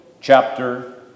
chapter